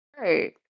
Right